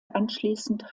anschließend